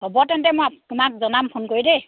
হ'ব তেন্তে মই তোমাক জনাম ফোন কৰি দেই